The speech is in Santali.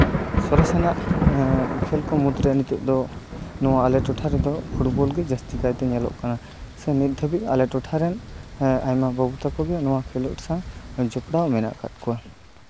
ᱥᱚᱨᱮᱥᱟᱱᱟᱜ ᱠᱷᱮᱞ ᱠᱚ ᱢᱩᱫᱨᱮ ᱱᱤᱛᱚᱜ ᱫᱚ ᱱᱚᱣᱟ ᱟᱞᱮ ᱴᱚᱴᱷᱟ ᱨᱮᱫᱚ ᱯᱷᱩᱴᱵᱚᱞᱜᱮ ᱡᱟᱹᱥᱛᱤ ᱠᱟᱭᱛᱮ ᱧᱮᱞᱚᱜ ᱠᱟᱱᱟ ᱥᱮ ᱱᱤᱛ ᱫᱷᱟᱵᱤᱡ ᱟᱞᱮ ᱴᱚᱴᱷᱟᱨᱮᱱ ᱟᱭᱢᱟ ᱵᱟᱹᱵᱩ ᱛᱟᱠᱚ ᱜᱮ ᱱᱚᱣᱟ ᱠᱷᱮᱞᱳᱰ ᱥᱟᱶ ᱡᱚᱯᱲᱟᱣ ᱢᱮᱱᱟᱜ ᱠᱟᱜ ᱠᱚᱣᱟ